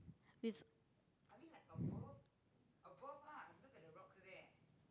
with